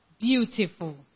beautiful